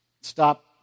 Stop